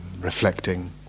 reflecting